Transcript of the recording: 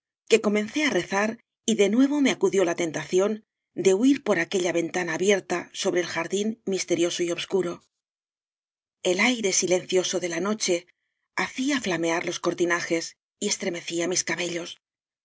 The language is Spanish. que comencé á rezar y de nuevo me acu dió la tentación de huir por aquella ventana abierta sobre el jardín misterioso y obscuro el aire silencioso de la noche hacía flamear los cortinajes y estremecía mis cabellos